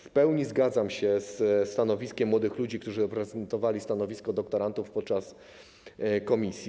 W pełni zgadzam się ze stanowiskiem młodych ludzi, którzy reprezentowali stanowisko doktorantów podczas posiedzenia komisji.